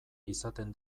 izaten